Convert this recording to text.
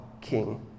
king